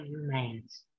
remains